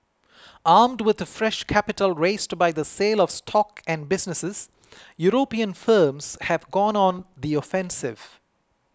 armed with fresh capital raised by the sale of stock and businesses European firms have gone on the offensive